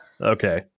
Okay